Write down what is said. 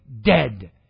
dead